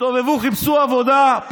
הסתובבו וחיפשו עבודה.